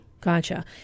Gotcha